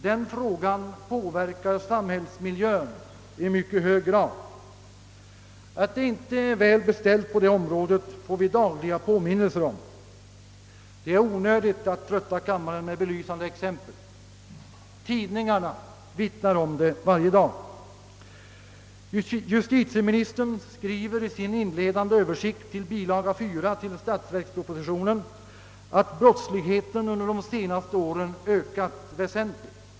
Den frågan påverkar samhällsmiljön i mycket hög grad. Att det inte är väl beställt på det området får vi dagliga påminnelser om. Det är onödigt att trötta kammaren med belysande exempel. Tidningarna vittnar därom varje dag. Justitieministern skriver i sin inledande översikt till bilaga 4 till statsverkspropositionen att brottsligheten under de senaste åren ökat väsentligt.